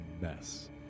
mess